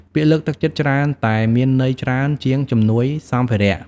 ពាក្យលើកទឹកចិត្តច្រើនតែមានន័យច្រើនជាងជំនួយសម្ភារៈ។